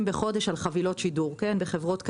בחודש על חבילות שידור בחברות השונות,